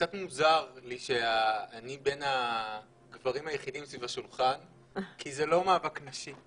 קצת מוזר לי שאני בין הגברים היחידים סביב השולחן כי זה לא מאבק נשי,